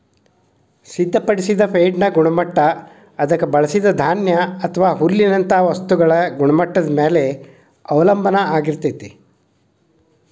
ಸಿದ್ಧಪಡಿಸಿದ ಫೇಡ್ನ ಗುಣಮಟ್ಟ ಅದಕ್ಕ ಬಳಸಿದ ಧಾನ್ಯ ಅಥವಾ ಹುಲ್ಲಿನಂತ ವಸ್ತುಗಳ ಗುಣಮಟ್ಟದ ಮ್ಯಾಲೆ ಅವಲಂಬನ ಆಗಿರ್ತೇತಿ